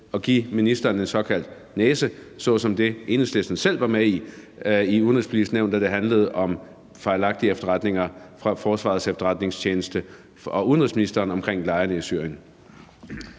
og give ministeren en såkaldt næse som den, Enhedslisten selv var med i i Det Udenrigspolitiske Nævn, da det handlede om fejlagtige efterretninger fra Forsvarets Efterretningstjeneste og udenrigsministeren om lejrene i Syrien?